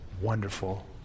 wonderful